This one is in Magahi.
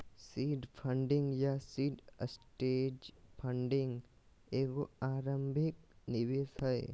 सीड फंडिंग या सीड स्टेज फंडिंग एगो आरंभिक निवेश हइ